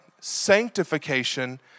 Sanctification